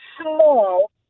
small